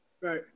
Right